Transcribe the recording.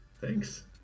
Thanks